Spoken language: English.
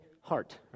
heart